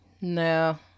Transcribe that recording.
No